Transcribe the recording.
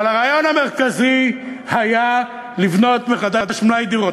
אבל הרעיון המרכזי היה לבנות מחדש מלאי דירות.